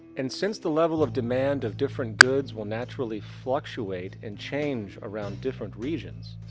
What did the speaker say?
and since the level of demand of different goods will naturally fluctuate and change around different regions,